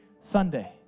Sunday